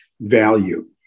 value